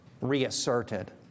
reasserted